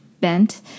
bent